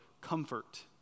comfort